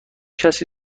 کسی